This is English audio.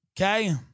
Okay